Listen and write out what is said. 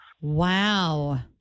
Wow